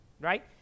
right